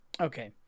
Okay